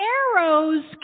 arrows